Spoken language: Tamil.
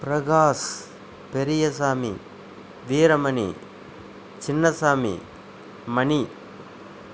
பிரகாஷ் பெரியசாமி வீரமணி சின்னசாமி மணி